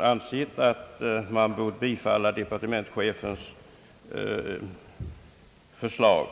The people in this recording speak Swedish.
ansett att man bör bifalla departementschefens förslag.